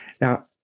Now